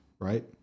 right